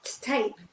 tape